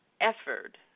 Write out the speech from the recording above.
effort